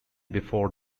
before